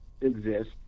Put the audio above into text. exist